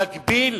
להגביל,